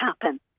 happen